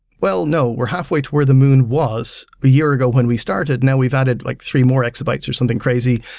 well, no. we're halfway toward the moon was a year ago when we started. now, we've added like three more exabytes or something crazy.